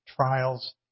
trials